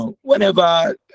Whenever